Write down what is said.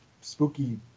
spooky